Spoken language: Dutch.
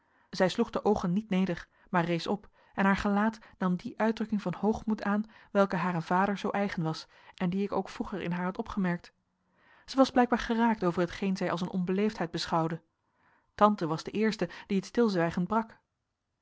zij sloeg de oogen niet neder maar rees op en haar gelaat nam die uitdrukking van hoogmoed aan welke haren vader zoo eigen was en die ik ook vroeger in haar had opgemerkt zij was blijkbaar geraakt over hetgeen zij als een onbeleefdheid beschouwde tante was de eerste die het stilzwijgen brak